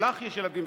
או לךְ יש ילדים,